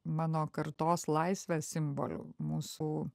mano kartos laisvės simboliu mūsų